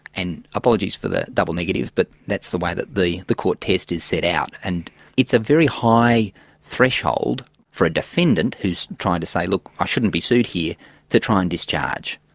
and apologies for the double negative, but that's the way that the the court test is set out, and it's a very high threshold for a defendant who's trying to say, look, i shouldn't be sued here' to try and discharge.